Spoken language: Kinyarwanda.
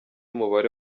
umubare